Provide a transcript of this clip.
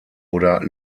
oder